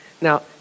Now